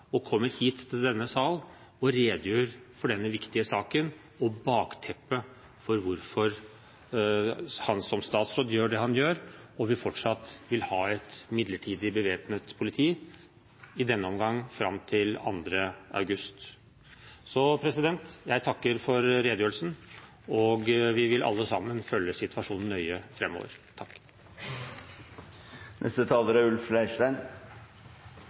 og kommer hit til denne sal og redegjør for denne viktige saken og bakteppet for hvorfor han som statsråd gjør det han gjør og fortsatt vil ha et midlertidig bevæpnet politi, i denne omgang fram til 2. august. Så jeg takker for redegjørelsen, og vi vil alle sammen følge situasjonen nøye